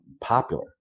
popular